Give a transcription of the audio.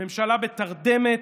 ממשלה בתרדמת,